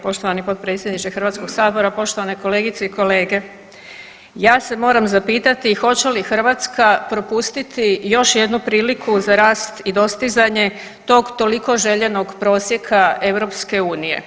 Poštovani potpredsjedniče Hrvatskog sabora, poštovane kolegice i kolege ja se moram zapitati hoće li Hrvatska propustiti još jednu priliku za rast i dostizanje tog toliko željenog prosjeka EU?